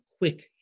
quick